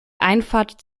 einfahrt